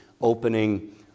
opening